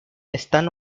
están